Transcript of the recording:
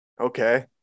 Okay